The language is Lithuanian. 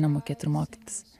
nemokėt ir mokytis